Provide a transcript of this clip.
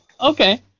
Okay